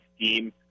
scheme